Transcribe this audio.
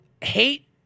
hate